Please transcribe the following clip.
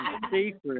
secret